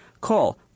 Call